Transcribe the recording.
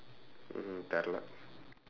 mmhmm தெரியல:theriyala